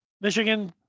Michigan